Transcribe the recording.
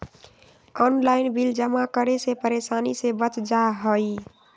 Online bill जमा करे से परेशानी से बच जाहई?